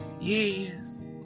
Yes